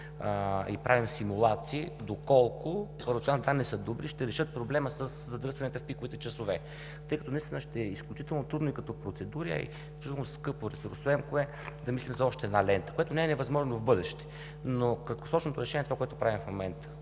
светофарни уредби доколко, първоначалните данни са добри, но ще решат проблема със задръстванията в пиковите часове, тъй като наистина ще е изключително трудно и като процедури, а и изключително скъпо, ресурсоемко е да мислим за още една лента, което не е невъзможно за в бъдеще. Но краткосрочното решение е това, което правим в момента